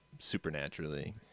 Supernaturally